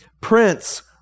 Prince